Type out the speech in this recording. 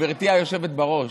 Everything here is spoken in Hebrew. גברתי היושבת-ראש,